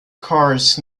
cars